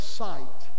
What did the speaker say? sight